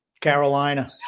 Carolina